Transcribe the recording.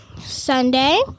Sunday